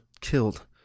killed